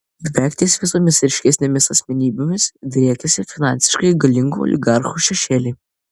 beveik ties visomis ryškesnėmis asmenybėmis driekiasi finansiškai galingų oligarchų šešėliai